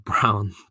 Brown